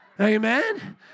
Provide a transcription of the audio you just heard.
Amen